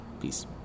peace